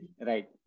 Right